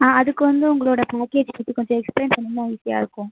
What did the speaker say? ஆ அதுக்கு வந்து உங்களோட பேக்கேஜ் பற்றி கொஞ்சம் எக்ஸ்ப்ளைன் பண்ணினா ஈஸியாக இருக்கும்